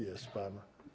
Jest pan.